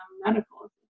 medical